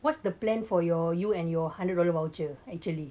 what's the plan for you and your hundred dollar voucher actually